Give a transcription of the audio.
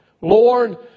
Lord